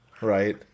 Right